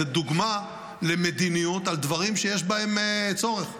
זו דוגמה למדיניות בדברים שיש בהם צורך.